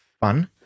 fun